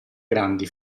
grandi